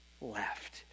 left